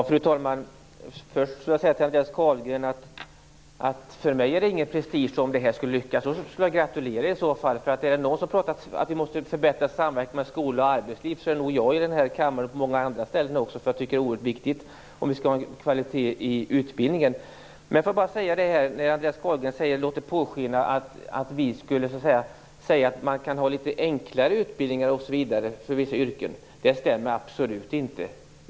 Fru talman! För mig är det ingen prestigeförlust om det här lyckas. Då skulle jag gratulera er. Är det någon i den här kammaren som har pratat om att vi måste förbättra samverkan mellan skola och arbetsliv är det nog jag. Jag tycker nämligen att det är något oerhört viktigt om vi skall ha en god kvalitet i utbildningen. Andreas Carlgren låter påskina att vi skulle säga att man kunde ha litet enklare utbildningar för vissa yrken. Det stämmer absolut inte.